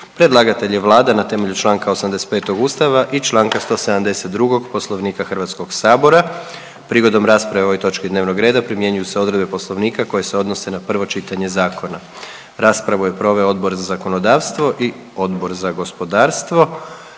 Predlagatelj je Vlada RH na temelju čl. 85. Ustava i čl. 172. Poslovnika HS-a. Prigodom rasprave o ovoj točki dnevnog reda primjenjuju se odredbe poslovnika koje se odnose na prvo čitanje zakona. Raspravu je proveo Odbor za zakonodavstvo i Odbor za gospodarstvo,